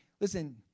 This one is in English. listen